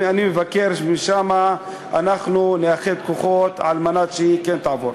שם אנחנו נאחד כוחות כדי שהיא כן תעבור.